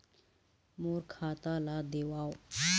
मोर खाता ला देवाव?